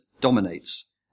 dominates